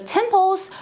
Temples